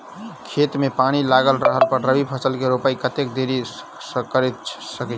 खेत मे पानि लागल रहला पर रबी फसल केँ रोपाइ कतेक देरी धरि कऽ सकै छी?